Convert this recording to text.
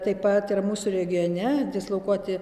taip pat ir mūsų regione dislokuoti